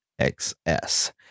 XS